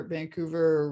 Vancouver